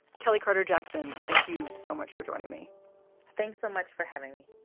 kelley, carter, jackson, thank you so much for joining me thanks so much for having me